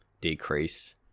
decrease